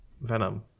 Venom